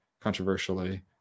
controversially